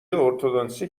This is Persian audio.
ارتدنسی